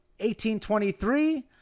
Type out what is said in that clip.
1823